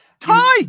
Ty